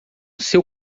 seu